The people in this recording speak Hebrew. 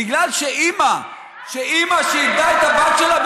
בגלל שאימא שאיבדה את הבת שלה,